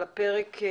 על הפרק: